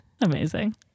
Amazing